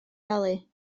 dalu